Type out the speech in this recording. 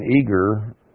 eager